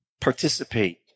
Participate